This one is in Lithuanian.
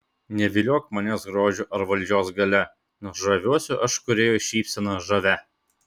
neviliok manęs grožiu ar valdžios galia nes žaviuosi aš kūrėjo šypsena žavia